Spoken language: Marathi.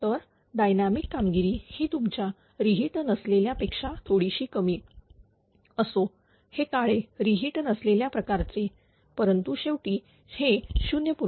तर डायनामिक कामगिरी ही तुमच्या रि हीट नसलेल्या पेक्षा थोडीशी कमी असो हे काळे हे रि हीट नसलेल्या प्रकारचे परंतु शेवटी हे 0